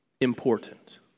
important